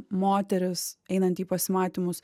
moteris einanti į pasimatymus